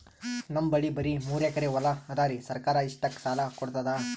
ನಮ್ ಬಲ್ಲಿ ಬರಿ ಮೂರೆಕರಿ ಹೊಲಾ ಅದರಿ, ಸರ್ಕಾರ ಇಷ್ಟಕ್ಕ ಸಾಲಾ ಕೊಡತದಾ?